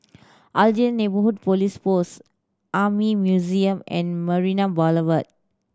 Aljunied Neighbourhood Police Post Army Museum and Marina Boulevard